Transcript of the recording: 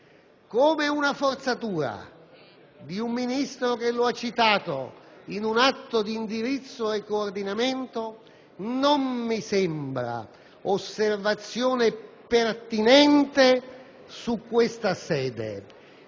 come una forzatura di un Ministro che lo ha citato in un atto di indirizzo e coordinamento non mi sembra osservazione pertinente in questa sede.